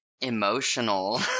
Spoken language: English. emotional